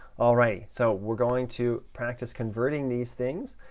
all right, so we're going to practice converting these things,